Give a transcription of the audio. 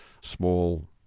small